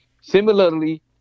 Similarly